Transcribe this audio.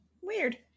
Weird